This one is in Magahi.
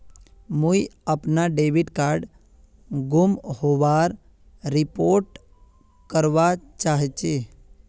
मुई अपना डेबिट कार्ड गूम होबार रिपोर्ट करवा चहची